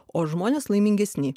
o žmonės laimingesni